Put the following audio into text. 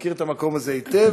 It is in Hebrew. מכיר את המקום הזה היטב.